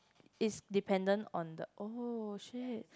it's dependent on the oh shit